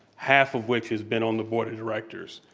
half of which has been on the board of directors.